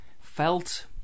felt